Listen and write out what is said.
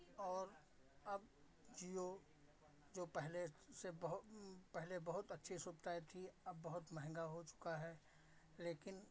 और अब जिओ जो पहले से बहुत पहले बहुत अच्छे से पैक थी अब बहुत महंगा हो चुका है लेकिन